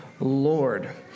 Lord